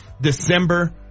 December